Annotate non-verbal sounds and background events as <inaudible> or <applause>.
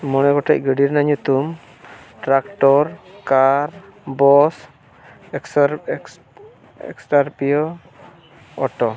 ᱢᱚᱬᱮ ᱜᱚᱴᱮᱡ ᱜᱟᱹᱰᱤ ᱨᱮᱱᱟᱜ ᱧᱩᱛᱩᱢ ᱴᱨᱟᱠᱴᱚᱨ ᱠᱟᱨ ᱵᱟᱥ ᱮᱠᱥᱟᱨ <unintelligible> ᱮᱠᱥᱟᱨ ᱯᱤᱭᱳ ᱚᱴᱳ